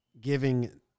giving